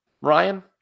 Ryan